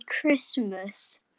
Christmas